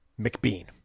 McBean